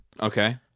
Okay